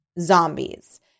zombies